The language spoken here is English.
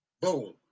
Boom